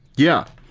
yeah.